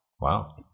Wow